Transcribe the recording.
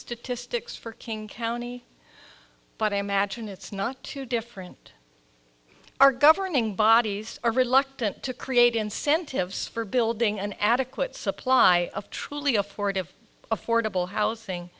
statistics for king county but i imagine it's not too different our governing bodies are reluctant to create incentives for building an adequate supply of truly afford of affordable housing